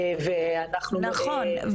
ואנחנו --- נכון,